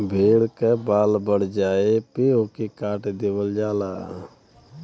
भेड़ के बाल बढ़ जाये पे ओके काट देवल जाला